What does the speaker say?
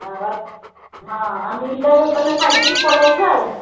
ହଁ ହଁ ଆଉ ମିଲ୍ଟା ହୋଟେଲ୍ରେ ଖାଇଦେଇକି ପଳାଇ ଅସିବା ଆଉ